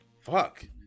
Fuck